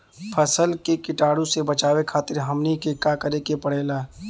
फसल के कीटाणु से बचावे खातिर हमनी के का करे के पड़ेला?